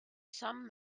sum